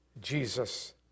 Jesus